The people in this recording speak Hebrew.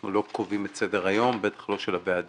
אנחנו לא קובעים את סדר היום, בטח לא של הוועדה.